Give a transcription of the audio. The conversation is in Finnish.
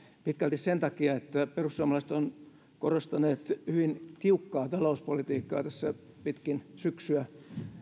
pitkälti sen takia että perussuomalaiset ovat korostaneet hyvin tiukkaa talouspolitiikkaa tässä pitkin syksyä